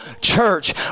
church